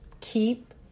keep